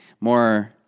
more